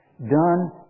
done